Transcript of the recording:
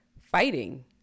fighting